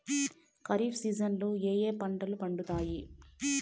ఖరీఫ్ సీజన్లలో ఏ ఏ పంటలు పండుతాయి